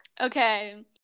Okay